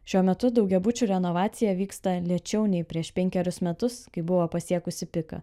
šiuo metu daugiabučių renovacija vyksta lėčiau nei prieš penkerius metus kai buvo pasiekusi piką